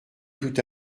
tout